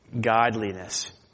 godliness